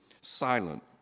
silent